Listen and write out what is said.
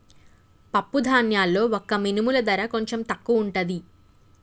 పప్పు ధాన్యాల్లో వక్క మినుముల ధర కొంచెం తక్కువుంటది